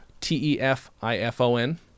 t-e-f-i-f-o-n